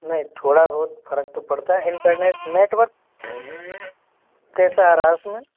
नहीं थोड़ा बहुत फ़र्क तो पड़ता है इंटरनेट नेटवर्क कैसा आ रहा है उसमें